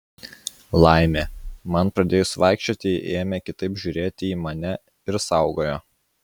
laimė man pradėjus vaikščioti ji ėmė kitaip žiūrėti į mane ir saugojo